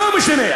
לא משנה,